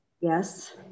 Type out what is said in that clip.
Yes